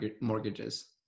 mortgages